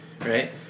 Right